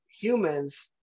humans